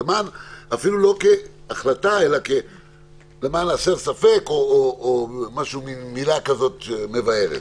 ואפילו לא כהחלטה אלא למען הסר ספק או מין מילה כזו שמבארת.